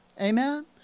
Amen